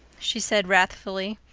she said wrathfully.